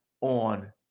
on